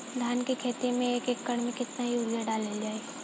धान के खेती में एक एकड़ में केतना यूरिया डालल जाई?